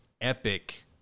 epic